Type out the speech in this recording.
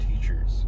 teachers